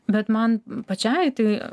bet man pačiai tai